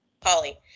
Polly